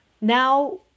Now